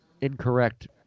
incorrect